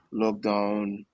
lockdown